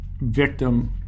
victim